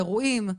אירועים,